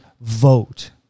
vote